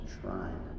shrine